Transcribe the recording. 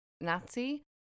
Nazi